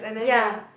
ya